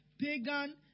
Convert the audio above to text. Pagan